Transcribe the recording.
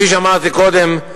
כפי שאמרתי קודם,